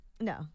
No